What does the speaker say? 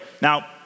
Now